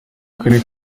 karere